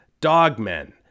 dogmen